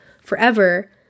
forever